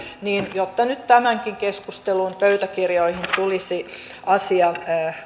niin jotta nyt tämänkin keskustelun pöytäkirjoihin tulisi asia